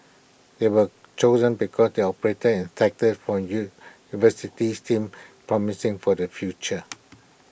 they were chosen because they operate in sectors from U deems promising for the future